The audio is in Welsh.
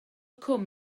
cwm